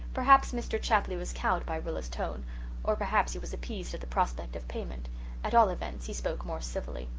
perhaps mr. chapley was cowed by rilla's tone or perhaps he was appeased at the prospect of payment at all events, he spoke more civilly.